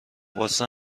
واسه